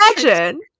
imagine